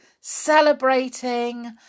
Celebrating